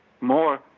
more